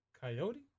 Coyote